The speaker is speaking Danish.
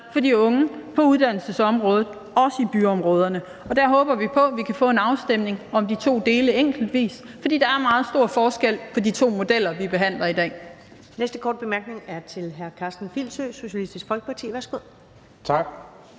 for de unge på uddannelsesområdet, også i byområderne. Derfor håber vi på, at vi kan få en afstemning om de to dele enkeltvis. For der er meget stor forskel på de to modeller, vi behandler i dag.